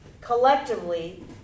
collectively